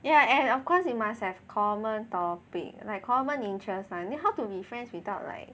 yeah and of course you must have common topic like common interest [one] how to be friends without like